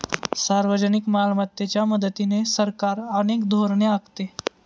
सार्वजनिक मालमत्तेच्या मदतीने सरकार अनेक धोरणे आखते